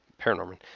Paranorman